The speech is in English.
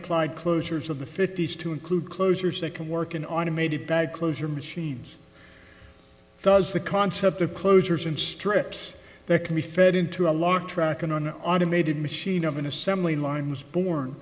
applied closures of the fifty's to include closures that can work in automated bag closure machines does the concept of closures and strips that can be fed into a lock tracking on an automated machine of an assembly line was born